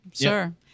Sure